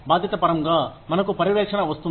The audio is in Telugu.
బాధ్యత పరంగా మనకు పర్యవేక్షణ వస్తుంది